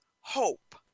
hope